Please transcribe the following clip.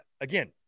again